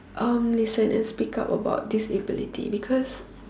um listen and speak out about disability because